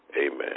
Amen